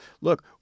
look